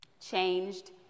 changed